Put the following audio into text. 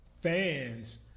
fans